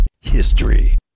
history